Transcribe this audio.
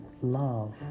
love